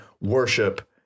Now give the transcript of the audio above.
worship